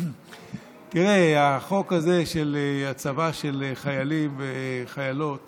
תראה, החוק הזה של הצבת חיילים וחיילות